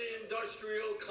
industrial